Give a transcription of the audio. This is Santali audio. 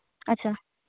ᱟᱪᱪᱷᱟ